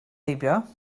heibio